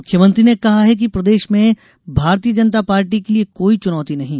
मुख्यमंत्री ने कहा है कि प्रदेश में भारतीय जनता पार्टी के लिये कोई चुनौती नहीं है